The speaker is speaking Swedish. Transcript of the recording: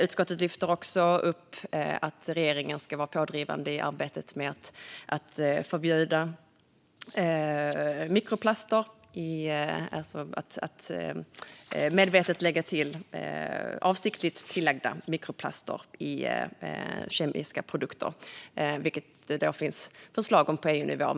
Utskottet lyfter även upp att regeringen ska vara pådrivande i arbetet med att förbjuda avsiktligt tillagda mikroplaster i kemiska produkter, vilket det i dag finns förslag om på EU-nivå.